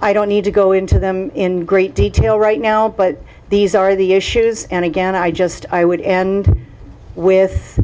i don't need to go into them in great detail right now but these are the issues and again i just i would and with